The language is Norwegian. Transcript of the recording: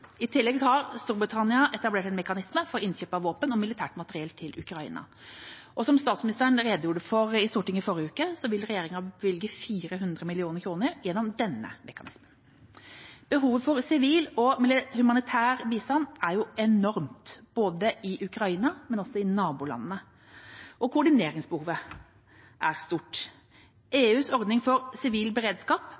I tillegg har Storbritannia etablert en mekanisme for innkjøp av våpen og militært materiell til Ukraina. Som statsministeren redegjorde for i Stortinget i forrige uke, vil regjeringa bevilge 400 mill. kr gjennom denne mekanismen. Behovet for sivil og humanitær bistand er enormt, både i Ukraina og i nabolandene. Koordineringsbehovet er stort.